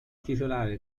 titolare